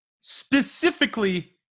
Specifically